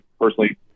personally